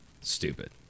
stupid